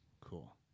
cool